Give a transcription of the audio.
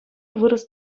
вырӑс